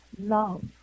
love